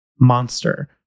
monster